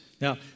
Now